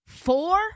Four